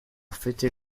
fêter